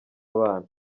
abana